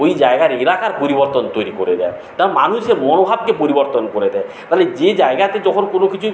ওই জায়গার এলাকার পরিবর্তন তৈরি করে দেয় তাও মানুষের মনোভাবকে পরিবর্তন করে দেয় তাহলে যে জায়গাতে যখন কোনো কিছু